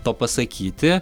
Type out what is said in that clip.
to pasakyti